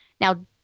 Now